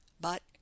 But